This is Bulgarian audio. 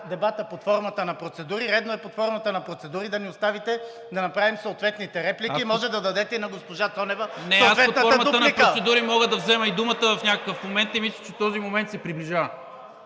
дебатът под формата на процедури, редно е под формата на процедури да ни оставите да направим съответните реплики. Може и да дадете на госпожа Цонева съответната дуплика. (Шум и реплики.) ПРЕДСЕДАТЕЛ НИКОЛА МИНЧЕВ: Не, аз под формата на процедури мога да взема и думата в някакъв момент и мисля, че този момент се приближава.